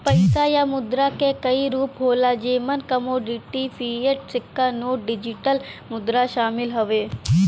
पइसा या मुद्रा क कई रूप होला जेमन कमोडिटी, फ़िएट, सिक्का नोट, डिजिटल मुद्रा शामिल हउवे